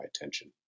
attention